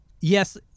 yes